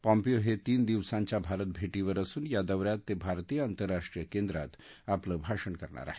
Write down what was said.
Pompeo हे तीन दिवसांच्या भारत भेटीवर असून या दौ यात ते भारतीय आंतरराष्ट्रीय कॅद्रात आपलं भाषण करणार आहेत